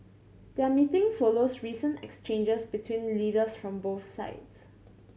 their meeting follows recent exchanges between leaders from both sides